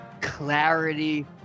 clarity